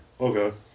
Okay